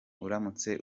uramutse